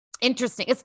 interesting